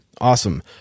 Awesome